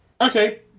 Okay